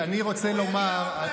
הוא יגיע עוד מעט.